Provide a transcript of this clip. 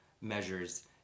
measures